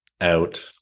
out